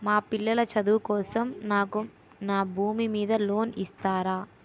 మా పిల్లల చదువు కోసం నాకు నా భూమి మీద లోన్ ఇస్తారా?